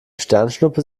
sternschnuppe